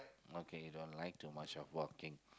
okay you don't like too much of walking